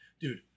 dude